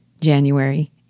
January